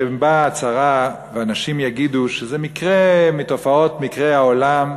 כשבאה צרה ואנשים יגידו שזה מקרה מתופעות העולם,